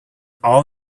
all